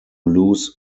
lose